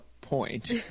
point